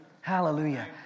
Hallelujah